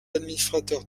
administrateur